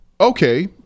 okay